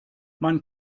man